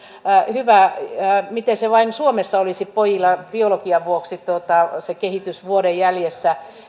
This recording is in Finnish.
hyvä miten se kehitys vain suomessa olisi pojilla biologian vuoksi vuoden jäljessä